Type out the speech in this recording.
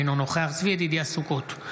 אינו נוכח צבי ידידיה סוכות,